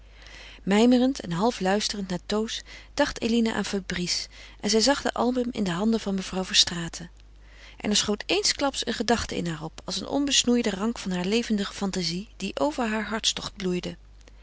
mijmerend en half luisterend naar toos dacht eline aan fabrice en zag zij den album in de handen van mevrouw verstraeten en er schoot eensklaps een gedachte in haar op als een onbesnoeide rank van haar levendige fantazie die over haar hartstocht bloeide